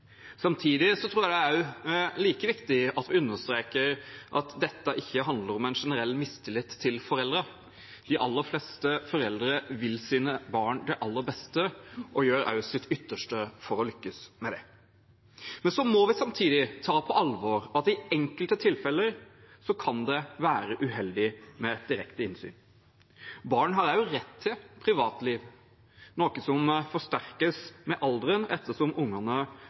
Samtidig tror jeg det også er like viktig at vi understreker at dette ikke handler om en generell mistillit til foreldrene. De aller fleste foreldre vil sine barn det aller beste og gjør også sitt ytterste for å lykkes med det. Men så må vi samtidig ta på alvor at i enkelte tilfeller kan det være uheldig med direkte innsyn. Barn har også rett til privatliv, noe som forsterkes med alderen, etter som ungene